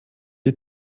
die